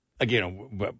Again